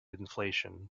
inflation